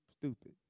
stupid